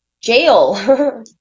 jail